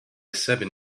seven